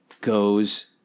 goes